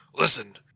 listen